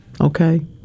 Okay